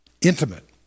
intimate